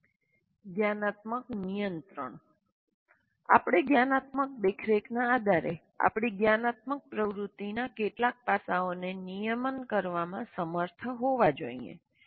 જ્ઞાનાત્મક નિયંત્રણ આપણે જ્ઞાનાત્મક દેખરેખના આધારે આપણી જ્ઞાનાત્મક પ્રવૃત્તિના કેટલાક પાસાઓને નિયમન કરવામાં સમર્થ હોવા જોઈએ